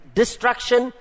destruction